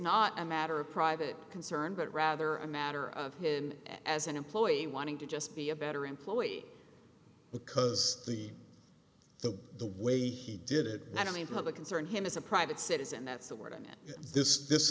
not a matter of private concern but rather a matter of him as an employee wanting to just be a better employee because the the the way he did it not only public concern him as a private citizen that's the word i'm in this this